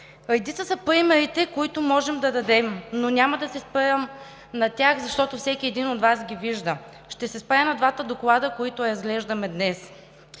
Редица са примерите, които можем да дадем, но няма да се спирам на тях, защото всеки един от Вас ги вижда. Ще се спра на двата доклада, които разглеждаме днес.